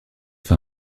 fin